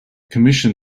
commission